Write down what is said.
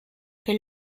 che